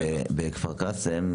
בכפר קאסם,